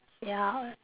ya